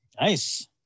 Nice